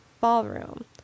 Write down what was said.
ballroom